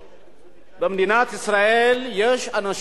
במדינת ישראל יש אנשים עניים,